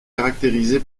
caractérisée